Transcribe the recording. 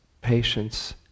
patience